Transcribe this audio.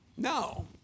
No